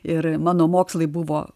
ir mano mokslai buvo